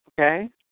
Okay